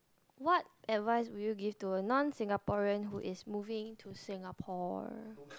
what advice would you give to a non Singaporean who is moving to Singapore